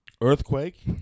Earthquake